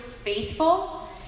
Faithful